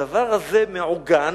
הדבר הזה מעוגן